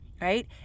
right